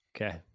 Okay